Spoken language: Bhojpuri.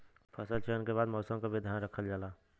फसल चयन के बाद मौसम क भी ध्यान रखल जाला